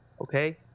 Okay